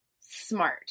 smart